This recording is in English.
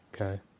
okay